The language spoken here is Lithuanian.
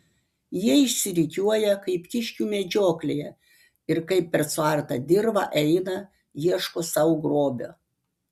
jie išsirikiuoja kaip kiškių medžioklėje ir kaip per suartą dirvą eina ieško sau grobio